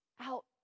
out